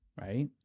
Right